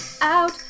out